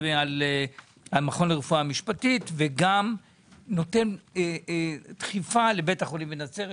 על המכון לרפואה משפטית וגם נותן דחיפה לבית החולים בנצרת,